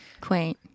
Quaint